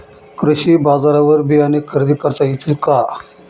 कृषी बाजारवर बियाणे खरेदी करता येतील का?